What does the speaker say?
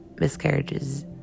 miscarriages